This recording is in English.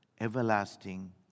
Everlasting